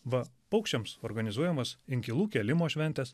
va paukščiams organizuojamos inkilų kėlimo šventės